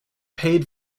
paid